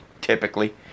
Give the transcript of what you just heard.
typically